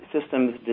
systems